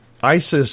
ISIS